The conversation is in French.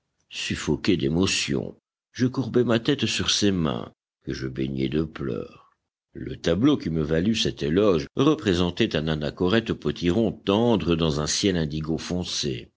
suffoqué d'émotion je courbai ma tête sur ses mains que je baignai de pleurs le tableau qui me valut cet éloge représentait un anachorète potiron tendre dans un ciel indigo foncé